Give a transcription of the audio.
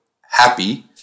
happy